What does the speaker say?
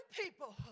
people